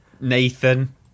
Nathan